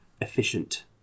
efficient